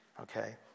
okay